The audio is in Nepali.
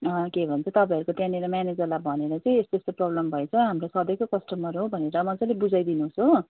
के भन्छ तपाईँहरूको त्यहाँनिर म्यानेजरलाई भनेर चाहिँ यस्तो यस्तो प्रब्लम भएछ हाम्रो सधैँको कस्टमर हो भनेर मजाले बुझाइदिनु होस् हो